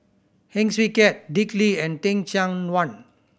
Heng Swee Keat Dick Lee and Teh Cheang Wan